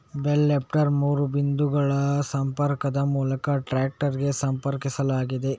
bale lifter ಮೂರು ಬಿಂದುಗಳ ಸಂಪರ್ಕದ ಮೂಲಕ ಟ್ರಾಕ್ಟರಿಗೆ ಸಂಪರ್ಕಿಸಲಾಗಿದೆ